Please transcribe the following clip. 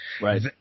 Right